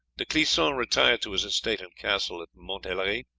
de clisson retired to his estate and castle at montelhery,